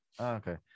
okay